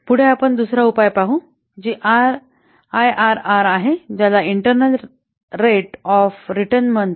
पुढे आपण दुसरा उपाय पाहु जी आयआरआर आहे त्याला इंटर्नल रेट ऑफ रिटर्न म्हणतात